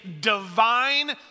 divine